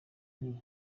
nti